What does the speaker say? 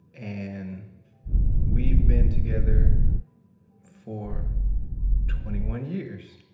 and we've been together for twenty one years